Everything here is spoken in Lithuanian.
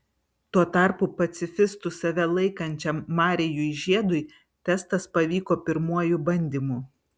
tuo tarpu pacifistu save laikančiam marijui žiedui testas pavyko pirmuoju bandymu